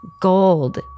gold